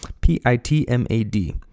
P-I-T-M-A-D